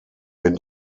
wenn